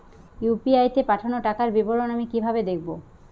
UPI তে পাঠানো টাকার বিবরণ আমি কিভাবে দেখবো?